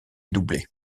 doublées